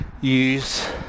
use